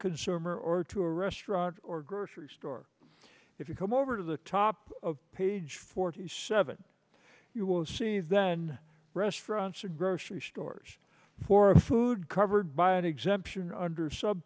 consumer or to a restaurant or grocery store if you come over to the top of page forty seven you will see then restaurants or grocery stores for food covered by an exemption under sub